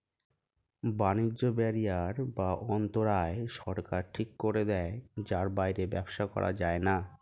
বাণিজ্য ব্যারিয়ার বা অন্তরায় সরকার ঠিক করে দেয় যার বাইরে ব্যবসা করা যায়না